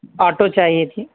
auto چاہیے تھی